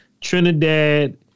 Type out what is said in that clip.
Trinidad